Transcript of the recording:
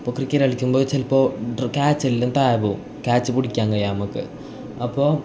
ഇപ്പം ക്രിക്കറ്റ് കളിക്കുമ്പോൾ ചിലപ്പോൾ ക്യാച്ച് എല്ലാം താഴെ പോവും ക്യാച്ച് പിടിക്കാൻ കഴിയുക നമുക്ക് അപ്പോൾ